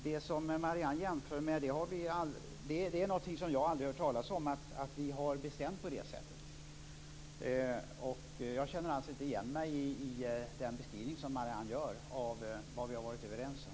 Det som Marianne Andersson säger är något som jag inte känner igen. Jag har inte hört talas om att vi har bestämt på det sättet. Jag känner alltså inte igen mig i den beskrivningen över vad vi kommit överens om.